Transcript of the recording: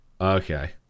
okay